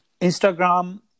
Instagram